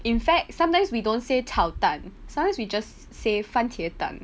in fact sometimes we don't say 炒蛋 sometimes we just say 番茄蛋